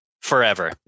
forever